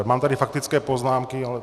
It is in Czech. Mám tady faktické poznámky, ale...